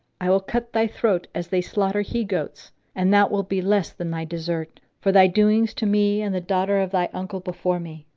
i will cut thy throat as they slaughter he goats and that will be less than thy desert, for thy doings to me and the daughter of thy uncle before me.